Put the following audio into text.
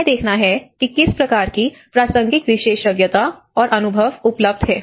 यह देखना है कि किस प्रकार की प्रासंगिक विशेषज्ञता और अनुभव उपलब्ध है